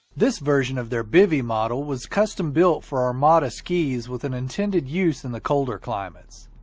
this version of their bivy model was custom built for armada skis with an intended use in the colder climates.